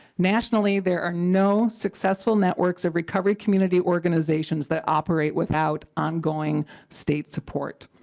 nationally there are no successful networks of recovery community organizations that operate without ongoing state support.